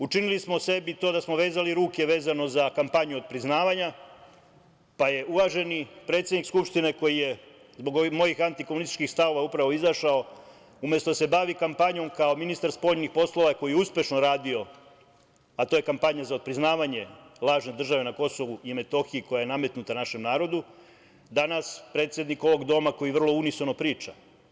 Učinili smo sebi da smo vezali ruke vezano za kampanju otpriznavanja, pa je uvaženi predsednik Skupštine koji je zbog ovih mojih antikomunističkih stavova upravo izašao, umesto da se bavi kampanjom kao ministar spoljnih poslova koji je uspešno radio, a to je kampanja za otpriznavanje lažne države na Kosovu i Metohiji koja je nametnuta našem narodu, danas predsednik ovog doma, koji vrlo unisono priča.